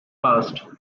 past